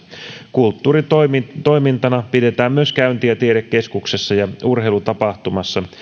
kulttuuritoimintana pidetään myös käyntiä tiedekeskuksessa ja urheilutapahtumassa